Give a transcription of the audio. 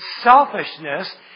selfishness